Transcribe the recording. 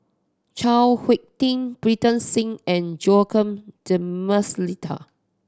Chao Hick Tin Pritam Singh and Joaquim D'Almeida